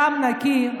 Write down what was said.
דם נקי,